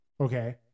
Okay